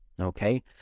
Okay